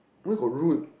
where got rude